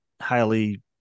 highly